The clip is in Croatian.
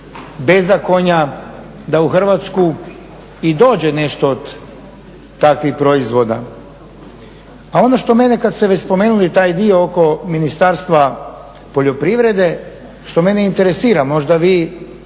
bezakonja da u Hrvatsku i dođe nešto od takvih proizvoda. A ono što mene kad ste već spomenuli taj dio oko Ministarstva poljoprivrede što mene interesira, možda vi